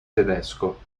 tedesco